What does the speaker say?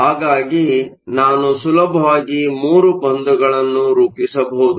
ಹಾಗಾಗಿ ನಾನು ಸುಲಭವಾಗಿ 3 ಬಂಧಗಳನ್ನು ರೂಪಿಸಬಹುದು